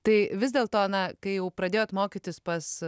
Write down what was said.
tai vis dėlto na kai jau pradėjot mokytis pas